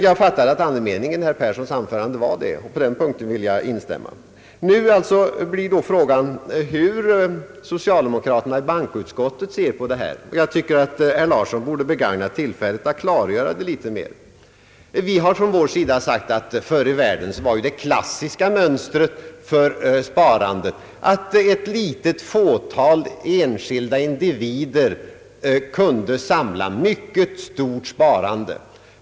Jag uppfattade andemeningen i herr Perssons anförande så, och på den punkten vill jag instämma. Nu blir frågan hur socialdemokraterna i bankoutskottet ser detta. Jag tycker att herr Åke Larsson borde begagna tillfället att klargöra det litet mer. Vi har från vår sida sagt att förr i världen var det klassiska mönstret på sparandet att ett litet fåtal enskilda individer kunde samla mycket stort sparkapital.